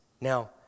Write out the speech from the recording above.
Now